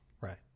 Right